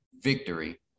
victory